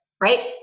right